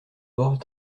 bord